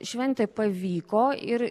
šventė pavyko ir